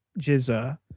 Jizza